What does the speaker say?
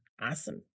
Awesome